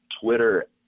Twitter